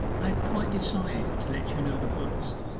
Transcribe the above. i had quite decided to let you know the worst,